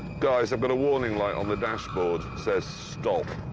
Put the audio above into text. guys, i've got a warning light on the dashboard. says stop.